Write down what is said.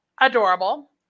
adorable